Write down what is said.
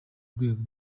rwego